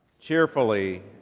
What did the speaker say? cheerfully